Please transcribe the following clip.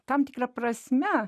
tam tikra prasme